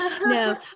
No